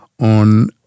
on